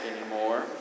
anymore